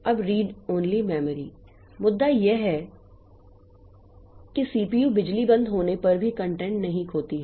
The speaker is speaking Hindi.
अब रीड ओनली मेमोरी मुद्दा यह है कि सीपीयू बिजली बंद होने पर भी कंटेंट नहीं खोती है